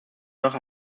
nach